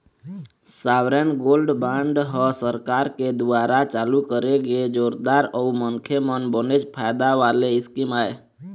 sovereign gold bond ह सरकार के दुवारा चालू करे गे जोरदार अउ मनखे मन बनेच फायदा वाले स्कीम आय